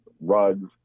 Rugs